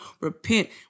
repent